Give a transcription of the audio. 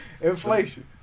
Inflation